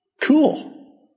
Cool